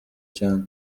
cyane